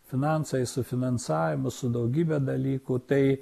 finansais su finansavimu su daugybe dalykų tai